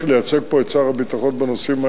לייצג פה את שר הביטחון בנושאים האלה,